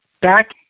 back